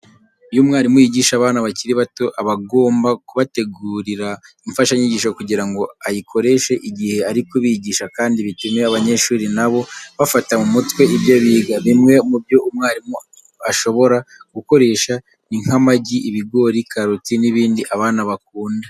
Iyo umwarimu yigisha abana bakiri bato, aba agomba kubategurira imfashanyigisho kugira ngo ayikoreshe igihe ari kubigisha kandi bitume abanyeshuri na bo bafata mu mutwe ibyo biga. Bimwe mu byo umwarimu ashobora gukoresha ni nk'amagi, ibigori, karoti n'ibindi abana bakunda.